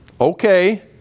Okay